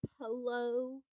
polo